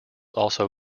also